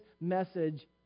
message